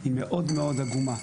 היא מאוד מאוד עגומה.